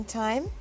time